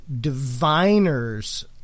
diviner's